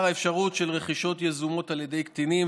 האפשרות של רכישות יזומות על ידי קטינים,